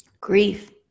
grief